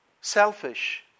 Selfish